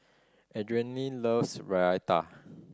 Adrienne loves Raita